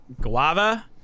guava